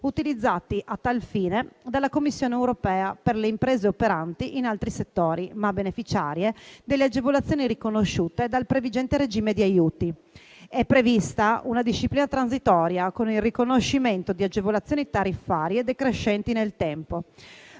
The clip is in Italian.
utilizzati a tal fine dalla Commissione europea per le imprese operanti in altri settori, ma beneficiarie delle agevolazioni riconosciute dal previgente regime di aiuti. È prevista una disciplina transitoria con il riconoscimento di agevolazioni tariffarie decrescenti nel tempo.